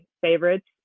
favorites